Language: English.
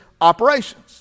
operations